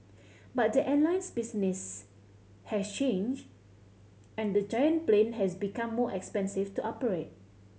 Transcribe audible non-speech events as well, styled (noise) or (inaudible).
(noise) but the airline's business has changed and the giant plane has become more expensive to operate